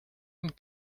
nous